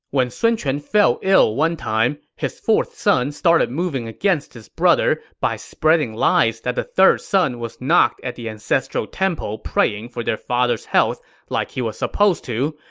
when sun quan fell ill one time, his fourth son started moving against his brother by spreading lies that the third son was not at the ancestral temple praying for their father's health like he was supposed to,